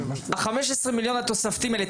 15 המיליון התוספתיים האלה,